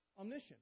omniscience